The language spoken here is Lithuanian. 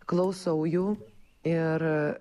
klausau jų ir